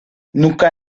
nunca